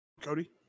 Cody